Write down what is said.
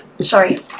sorry